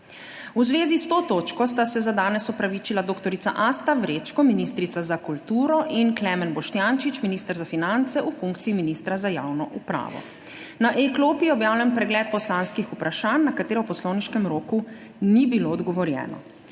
V zvezi s to točko sta se za danes opravičila dr. Asta Vrečko, ministrica za kulturo, in Klemen Boštjančič, minister za finance v funkciji ministra za javno upravo. Na e-klopi je objavljen pregled poslanskih vprašanj, na katera v poslovniškem roku ni bilo odgovorjeno.